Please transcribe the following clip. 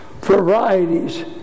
varieties